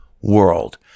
world